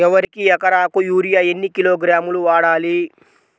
వరికి ఎకరాకు యూరియా ఎన్ని కిలోగ్రాములు వాడాలి?